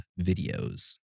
videos